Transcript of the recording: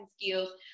skills